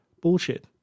bullshit